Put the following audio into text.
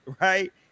right